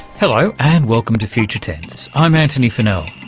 hello and welcome to future tense, i'm antony funnell.